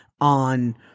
on